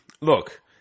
Look